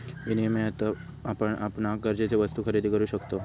विनियमातना आपण आपणाक गरजेचे वस्तु खरेदी करु शकतव